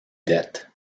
dettes